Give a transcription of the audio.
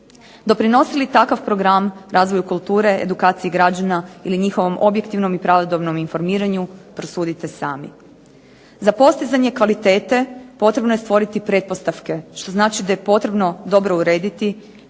Doprinosi li takav program razvoju kulture, edukaciji građana ili njihovom objektivnom i pravodobnom informiranju, prosudite sami. Za postizanje kvalitete potrebno je stvoriti pretpostavke što znači da je potrebno dobro urediti